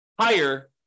higher